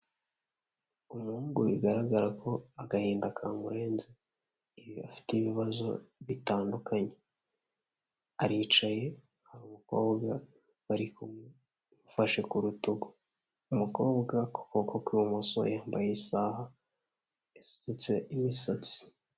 Umuhungu bigaragara ko agahinda kamurenze. Iyo afite ibibazo bitandukanye. Aricaye hari umukobwa bari kumwe umufashe ku rutugu. umukobwa ku kuboko kw'ibumoso yambaye isaha yasutse imisatsi.